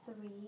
Three